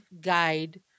guide